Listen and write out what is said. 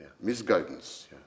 misguidance